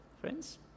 friends